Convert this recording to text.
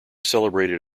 celebrated